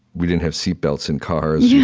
we didn't have seatbelts in cars. yeah